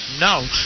No